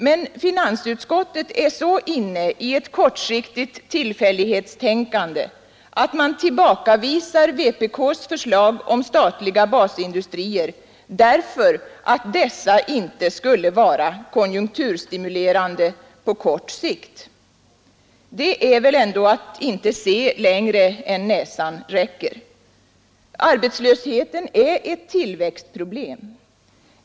Men finansutskottet är så inne i ett kortsiktigt tillfällighetstänkande att man tillbakavisar vpk:s förslag om statliga basindustrier, därför att detta inte skulle vara konjunkturstimulerande på kort sikt. Det är att inte se längre än näsan räcker. Arbetslösheten är ett tillväxtproblem.